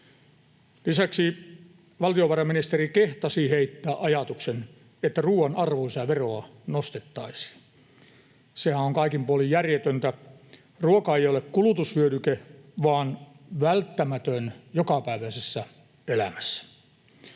Lisäksi valtiovarainministeri kehtasi heittää ajatuksen, että ruuan arvonlisäveroa nostettaisiin. Sehän on kaikin puolin järjetöntä. Ruoka ei ole kulutushyödyke vaan välttämätöntä jokapäiväisessä elämässä.